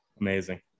Amazing